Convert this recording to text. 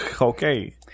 Okay